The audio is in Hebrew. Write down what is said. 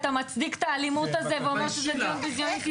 אתה מצדיק את האלימות הזאת ואתה אומר שזה דיון בזיוני,